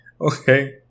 okay